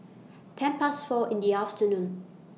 ten Past four in The afternoon